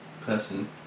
person